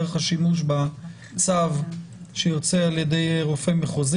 דרך השימוש בצו שיוצא על ידי רופא מחוזי,